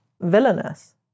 villainous